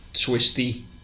twisty